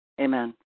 Amen